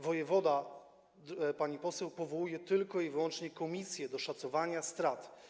Wojewoda, pani poseł, powołuje tylko i wyłącznie komisję do szacowania strat.